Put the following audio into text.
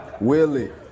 Willie